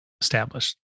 established